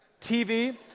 TV